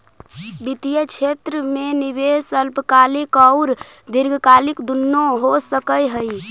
वित्तीय क्षेत्र में निवेश अल्पकालिक औउर दीर्घकालिक दुनो हो सकऽ हई